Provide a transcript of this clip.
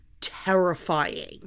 terrifying